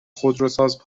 خودروساز